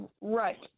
right